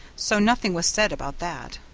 so nothing was said about that.